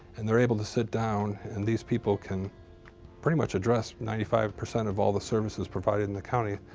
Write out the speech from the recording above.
and they're able to sit down and these people can pretty much address ninety five percent of all the services provided in the county.